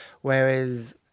Whereas